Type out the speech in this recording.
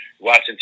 watching